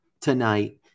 tonight